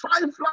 five